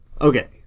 Okay